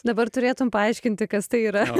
dabar turėtum paaiškinti kas tai yra